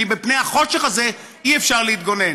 כי מפני החושך הזה אי-אפשר להתגונן.